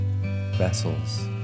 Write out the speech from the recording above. vessels